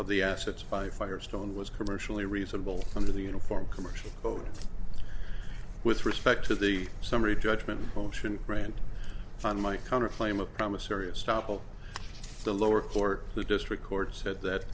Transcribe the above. of the assets by firestone was commercially reasonable under the uniform commercial code with respect to the summary judgment motion rant on my counter claim a promissory estoppel the lower court the district court said that